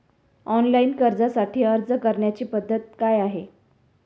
Online कर्जासाठी अर्ज करण्याची पद्धत काय आहे?